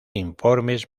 informes